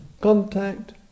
contact